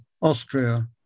Austria